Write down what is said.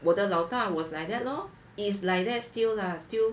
我的老大 was like that lor it's like that still lah still